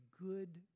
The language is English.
good